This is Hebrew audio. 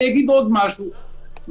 נכון,